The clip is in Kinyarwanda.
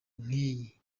nkiyi